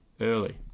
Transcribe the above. early